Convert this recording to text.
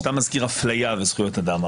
כשאתה מזכיר אפליה וזכויות אדם,